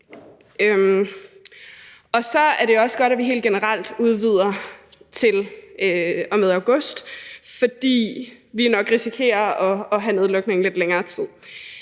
Så er det også godt, at vi helt generelt udvider det til og med august, fordi vi nok risikerer at have noget lukning i lidt længere tid.